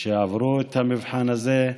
שעברו את המבחן הזה.